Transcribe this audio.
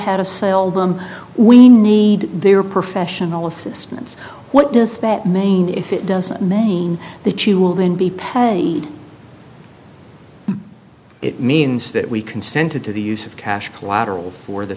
how to sell them we need their professional assistance what does that mane if it doesn't mane that you will then be paid it means that we consented to the use of cash collateral for the